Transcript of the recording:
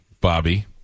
Bobby